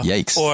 Yikes